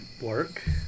work